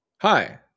Hi